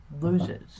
losers